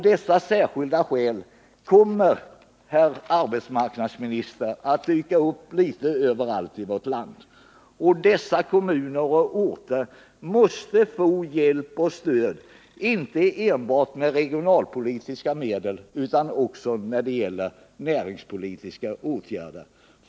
Dessa särskilda skäl kommer, herr arbetsmarknadsminister, att dyka upp litet överallt i vårt land, och dessa kommuner och orter måste få hjälp och stöd inte enbart med regionalpolitiska medel utan också genom näringspolitiska åtgärder.